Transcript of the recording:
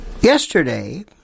Yesterday